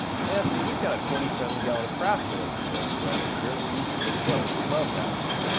well anthony, we've got a twenty seven gallon craftsman air compressor right over here that we use for the show and we love that thing.